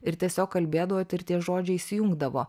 ir tiesiog kalbėdavot ir tie žodžiai įsijungdavo